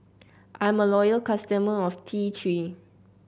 I'm a loyal customer of T Three